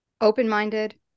Open-minded